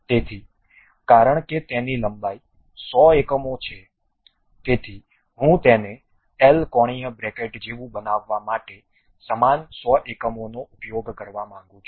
તેથી કારણ કે તેની લંબાઈ 100 એકમો છે તેથી હું તેને L કોણીય બ્રેકેટ જેવું બનાવવા માટે સમાન 100 એકમોનો ઉપયોગ કરવા માંગુ છું